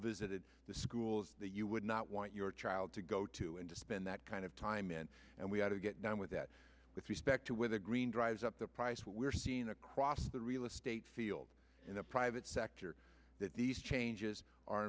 visited the schools that you would not want your child to go to and to spend that kind of time in and we had to get down with that with respect to where the green drives up the price what we're seeing across the real estate field in the private sector that these changes are